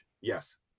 Yes